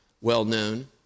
well-known